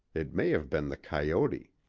it may have been the coyote.